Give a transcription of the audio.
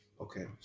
okay